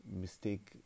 mistake